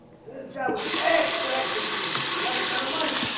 this guy was a extractor stingy, but he had a ton of money,